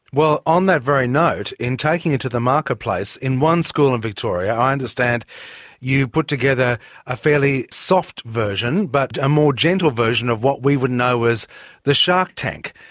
well, on that very note, in taking it to the marketplace, in one school in victoria i understand you put together a fairly soft version but a more gentle version of what we would know as the shark tank,